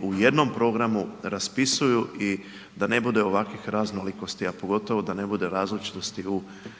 u jednom programu raspisuju i da ne bude ovakvih raznolikosti, a pogotovo da ne bude različitosti u tumačenju